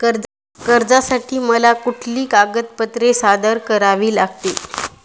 कर्जासाठी मला कुठली कागदपत्रे सादर करावी लागतील?